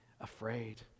afraid